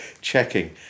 checking